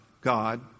God